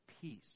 peace